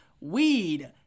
weed